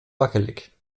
wackelig